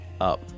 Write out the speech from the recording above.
up